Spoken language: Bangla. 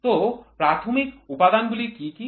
তো প্রাথমিক উপাদানগুলি কী কী